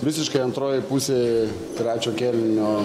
visiškai antroji pusė trečio kėlinio